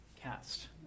cast